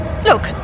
Look